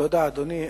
תודה, אדוני.